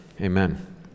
amen